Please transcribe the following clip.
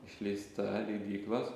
išleista leidyklos